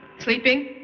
sleeping?